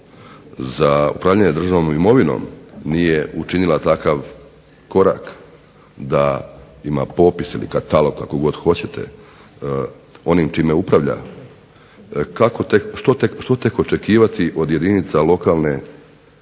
za upravljanje državnom imovinom nije učinila takav korak da ima popis ili katalog, kako god hoćete, onim čime upravlja, što tek očekivati od jedinica lokalne